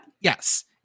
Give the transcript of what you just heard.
yes